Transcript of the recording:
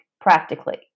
practically